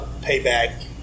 payback